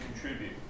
contribute